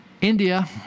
India